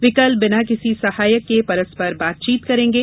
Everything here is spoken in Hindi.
वे कल बिना किसी सहायक के परस्पर बातचीत करेंगे